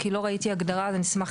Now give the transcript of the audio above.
כי אני לא ראיתי הגדרה ואני אשמח